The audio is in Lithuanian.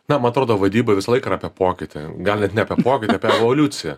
na man atrodo vadyba visą laiką apie pokytį gal ir ne apie pokytį apie evoliuciją